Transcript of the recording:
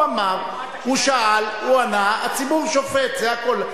הוא אמר, הוא שאל, הוא ענה, הציבור שופט, זה הכול.